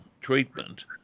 treatment